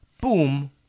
boom